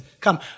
come